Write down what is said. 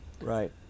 Right